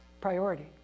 priority